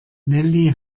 nelly